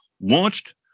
launched